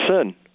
sin